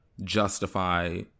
justify